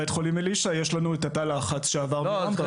בבית חולים אלישע יש לנו את תא הלחץ שעבר מרמב"ם.